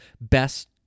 best